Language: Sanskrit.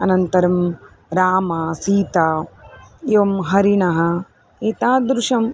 अनन्तरं राम सीता एवं हरिणः एतादृशम्